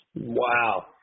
Wow